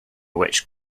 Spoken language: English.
which